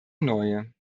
neue